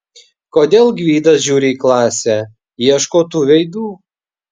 kodėl gvidas žiūri į klasę ieško tų veidų